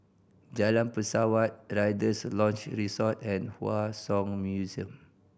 Jalan Pesawat Rider's Lodge Resort and Hua Song Museum